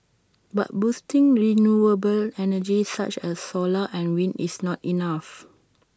but boosting renewable energy such as solar and wind is not enough